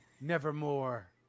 nevermore